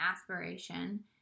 aspiration